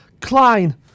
Klein